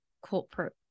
corporate